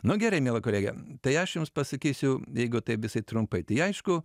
nu gerai miela kolege tai aš jums pasakysiu jeigu taip visai trumpai tai aišku